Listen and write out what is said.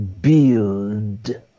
build